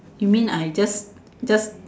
you mean I just just